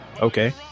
okay